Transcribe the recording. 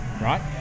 Right